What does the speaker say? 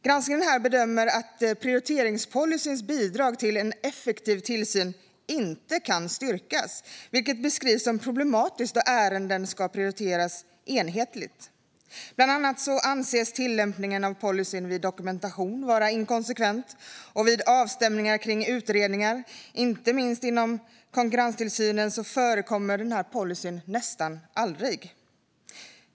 Granskningen bedömer här att prioriteringspolicyns bidrag till en effektiv tillsyn inte kan styrkas, vilket beskrivs som problematiskt då ärenden ska prioriteras enhetligt. Bland annat anses tillämpningen av policyn vid dokumentation vara inkonsekvent, och vid avstämningar kring utredningar, inte minst inom konkurrenstillsynen, tillämpas policyn nästan aldrig.